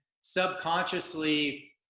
subconsciously